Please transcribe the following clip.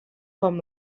com